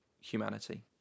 humanity